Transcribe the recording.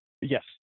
Yes